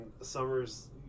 Summer's